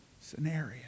scenario